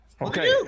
Okay